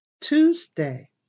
Tuesday